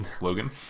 Logan